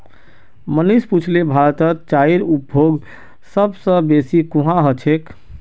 मनीष पुछले भारतत चाईर उपभोग सब स बेसी कुहां ह छेक